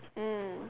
mm